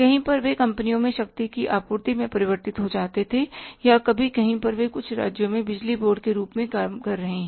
कहीं पर वे कंपनियों में शक्ति की आपूर्ति में परिवर्तित हो जाते थे या कभी कहीं पर वे कुछ राज्यों में बिजली बोर्ड के रूप में काम कर रहे हैं